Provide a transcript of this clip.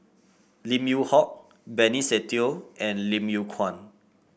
Lim Yew Hock Benny Se Teo and Lim Yew Kuan